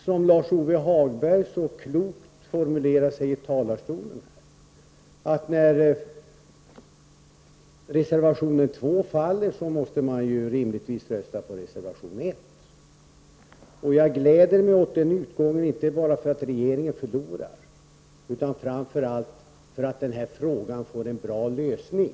Som Lars-Ove Hagberg så klokt formulerade sig i talarstolen måste man rimligtvis rösta på reservation nr 1 när reservation nr 2 faller. Jag gläder mig inför denna utgång, inte bara för att regeringen förlorar, utan framför allt för att den här frågan får en bra lösning.